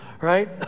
right